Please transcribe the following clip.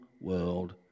world